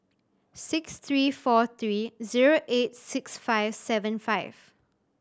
six three four three zero eight six five seven five